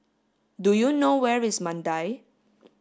do you know where is Mandai